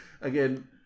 again